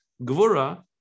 Gvura